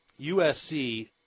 USC